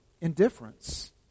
indifference